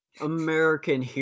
American